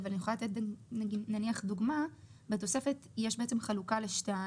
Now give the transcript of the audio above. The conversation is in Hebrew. אבל אני יכולה לתת דוגמה שבתוספת יש חלוקה לשתיים,